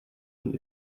and